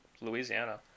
Louisiana